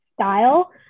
style